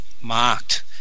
marked